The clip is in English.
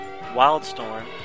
Wildstorm